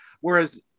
whereas